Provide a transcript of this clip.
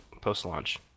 post-launch